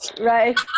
Right